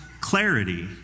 clarity